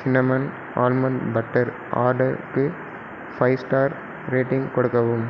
cinnamon almond butter ஆர்டருக்கு five star rating கொடுக்கவும்